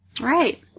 Right